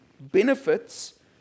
benefits